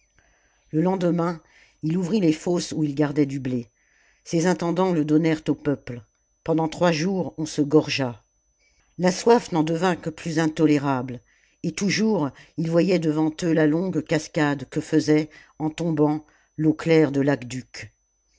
le lendemain il ouvrit les fosses où il gardait du blé ses intendants le donnèrent au peuple pendant trois jours on se gorgea la soif n'en devint que plus intolérable et toujours ils voyaient devant eux la longue cascade que faisait en tombant l'eau claire de l'aqueduc